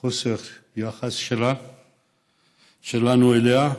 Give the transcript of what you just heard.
על חוסר היחס שלנו אליה,